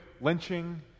lynching